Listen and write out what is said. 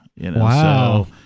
Wow